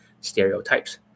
stereotypes